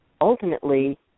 ultimately